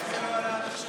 אחרי השר יעלה לסיכום